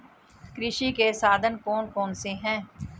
कृषि के साधन कौन कौन से हैं?